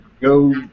go